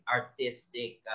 artistic